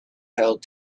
held